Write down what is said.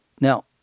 Now